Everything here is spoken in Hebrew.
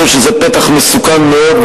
אני חושב שזה פתח מסוכן מאוד,